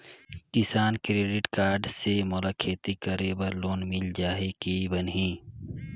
किसान credit card से मोला खेती करे बर लोन मिल जाहि की बनही??